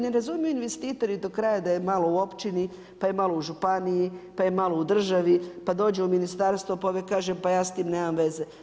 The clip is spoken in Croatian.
Ne razumiju investitori do kraja da je malo u općini, pa je malo u županiji, pa je malo u državi, pa dođe u ministarstvo pa ovaj kaže: pa ja s tim nemam veze.